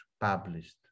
published